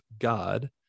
God